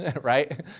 Right